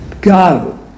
Go